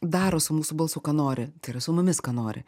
daro su mūsų balsu ką nori tai yra su mumis ką nori